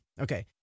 Okay